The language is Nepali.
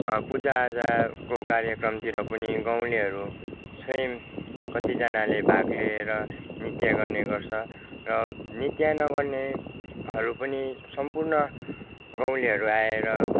पूजाआजाको कार्यक्रमतिर पनि गाउँलेहरू स्वयं कतिजनाले भाग लिएर नृत्य गर्ने गर्छ र नृत्य नगर्नेहरू पनि सम्पूर्ण गाउँलेहरू आएर